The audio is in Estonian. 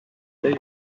teid